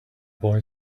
boy